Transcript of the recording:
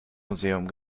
museum